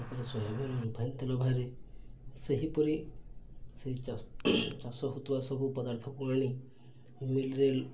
ତା'ପରେ ସୋୟାବିନ୍ରୁ ରିଫାଇନ୍ ତେଲ ବାହାରେ ସେହିପରି ସେଇ ଚାଷ ହଉଥିବା ସବୁ ପଦାର୍ଥକୁ ଆଣି ମିଲ୍ରେ